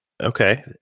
Okay